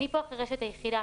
אני פה החירשת היחידה,